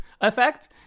effect